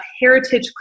heritage